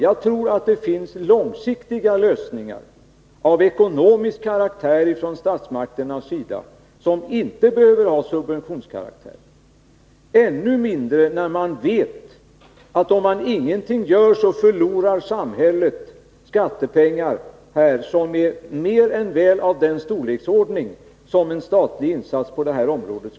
Jag tror att det också finns långsiktiga lösningar av ekonomisk typ som skulle kunna användas av statsmakterna men som inte behöver ha subventionskaraktär. Detta gäller desto mer som man vet att om ingenting görs här, förlorar samhället mera skattepengar än vad som motsvarar kostnaden för en statlig insats på området.